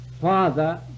Father